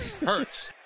Hurts